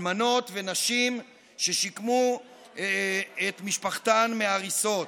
אלמנות ונשים ששיקמו את משפחתן מהריסות,